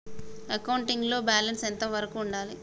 Accounting లో balance ఎంత వరకు ఉండాలి?